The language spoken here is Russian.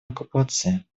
оккупации